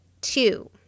two